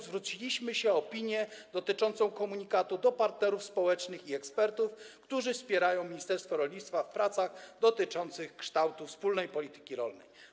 Zwróciliśmy się o opinię dotyczącą komunikatu do partnerów społecznych i ekspertów, którzy wspierają ministerstwo rolnictwa w pracach dotyczących kształtu wspólnej polityki rolnej.